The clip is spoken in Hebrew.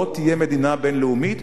לא תהיה מדינה דו-לאומית,